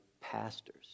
pastors